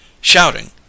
Shouting